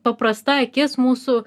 paprasta akis mūsų